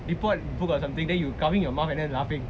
report book or something then you covering your mouth and then laughing